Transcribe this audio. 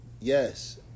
yes